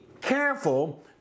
careful